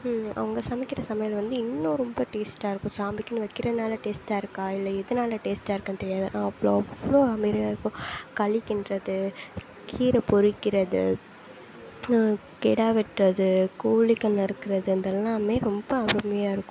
அவங்க சமைக்கிற சமையல் வந்து இன்னும் ரொம்ப டேஸ்ட்டாக இருக்கும் சாமிக்குனு வைக்கிறதுனால டேஸ்ட்டாக இருக்கா இல்லை எதனால் டேஸ்ட்டாக இருக்குன்னு தெரியாது அவ்வளோ அருமையா இருக்கும் களி கிண்டுறது கீரை பொறிக்கிறது கெடா வெட்டுறது கோழி கண் அறுக்கறதுன்ற எல்லாம் ரொம்ப அருமையாக இருக்கும்